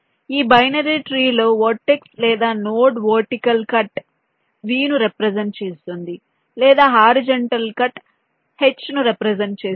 ఈ binary tree లో vertex లేదా నోడ్ వర్టికల్ కట్ V ను రెప్రెసెంట్ చేస్తుంది లేదా హారిజాంటల్ కట్ H ను రెప్రెసెంట్ చేస్తుంది